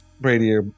Brady